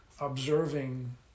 observing